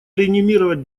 реанимировать